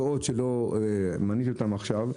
ועוד דברים שלא מניתי עכשיו,